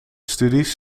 studies